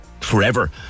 forever